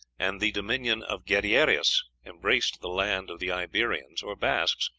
and the dominion of gadeirus embraced the land of the iberians or basques,